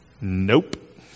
Nope